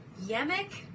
Yemek